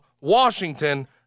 Washington